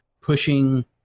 pushing